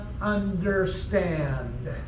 understand